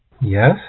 Yes